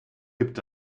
gibt